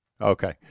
Okay